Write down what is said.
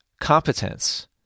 competence